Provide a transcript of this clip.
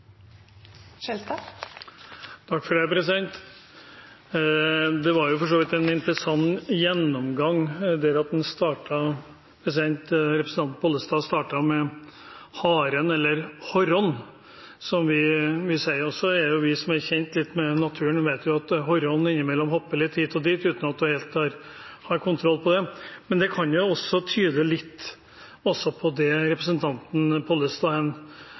så vidt en interessant gjennomgang. Representanten Pollestad startet med haren – eller «hårrån», som vi sier. Vi som er litt kjent med naturen, vet at haren innimellom hopper litt hit og dit, uten at man helt har kontroll på det. Det kan også det representanten Pollestad kom med, tyde litt på. Jeg er fullt ut klar over hva som er fremmet, uten at jeg klarer å se at representanten